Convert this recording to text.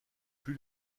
plus